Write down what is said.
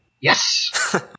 Yes